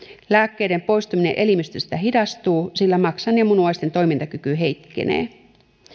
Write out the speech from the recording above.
lääkkeiden poistuminen elimistöstä hidastuu sillä maksan ja munuaisten toimintakyky heikkenee